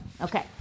Okay